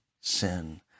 sin